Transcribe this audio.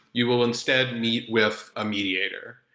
you will instead meet with a mediator,